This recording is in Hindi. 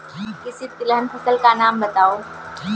किसी तिलहन फसल का नाम बताओ